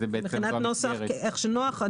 מבחינת נוסח, איך שנוח.